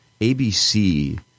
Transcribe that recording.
ABC